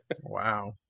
Wow